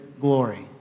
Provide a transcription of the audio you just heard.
glory